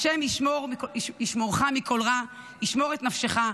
ה' ישמרך מכל רע, ישמֹר את נפשך.